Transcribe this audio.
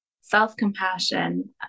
self-compassion